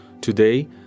Today